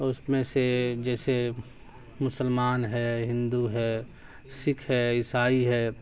اور اس میں سے جیسے مسلمان ہے ہندو ہے سکھ ہے عیسائی ہے